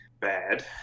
bad